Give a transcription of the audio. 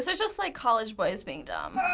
so just like college boys being dumb.